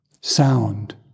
sound